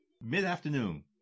mid-afternoon